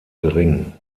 gering